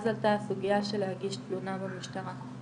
אז עלתה הסוגייה של להגיש תלונה במשטרה.